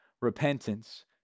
repentance